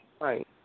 Right